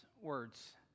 words